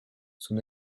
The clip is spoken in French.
son